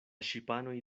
ŝipanoj